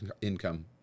income